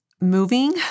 moving